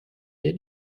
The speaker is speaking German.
den